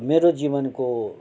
मेरो जीवनको